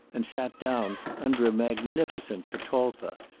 and sat down under a magnificent catalpa,